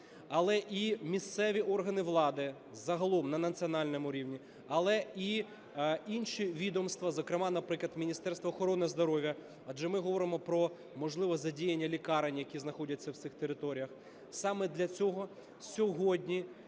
але і місцеві органи влади загалом на національному рівні, але й інші відомства, зокрема, наприклад, Міністерство охорони здоров'я, адже ми говоримо про можливе задіяння лікарень, які знаходяться на цих територіях. Саме для цього сьогодні